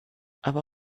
aber